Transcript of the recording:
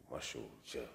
aš jau čia